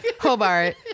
Hobart